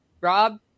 Rob